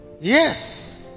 Yes